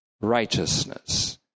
righteousness